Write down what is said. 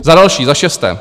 Za další za šesté.